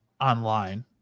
online